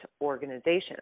organizations